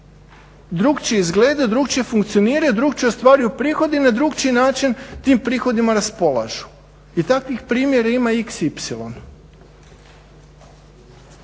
drukčije izgledaju, drukčije funkcioniraju, drukčije ostvaruju prihode i na drukčiji način tim prihodima raspolažu. I takvih primjera ima iks,